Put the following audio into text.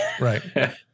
Right